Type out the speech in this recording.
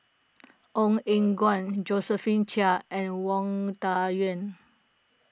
Ong Eng Guan Josephine Chia and Wang Dayuan